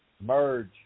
merge